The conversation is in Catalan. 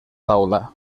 taula